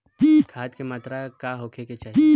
खाध के मात्रा का होखे के चाही?